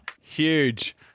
Huge